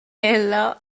ella